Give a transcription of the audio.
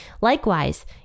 Likewise